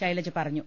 ശൈലജ പറഞ്ഞു